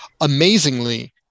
amazingly